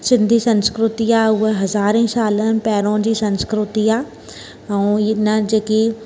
सिंधी संस्कृती आहे उहा हज़ारें सालनि पहिरियों जी संस्कृती आहे ऐं हिन जेकी